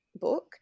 book